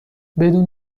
بدون